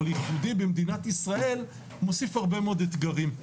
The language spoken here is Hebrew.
אבל ייחודי במדינת ישראל הוא מוסיף הרבה מאוד אתגרים.